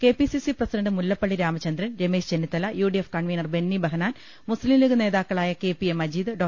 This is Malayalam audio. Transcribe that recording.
K P C C president Mullappally Ramachandran Ramesh Chennithala U D F convener Benny Behanan Muslim League നേതാക്കളായ K P A Majeed Dr